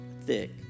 thick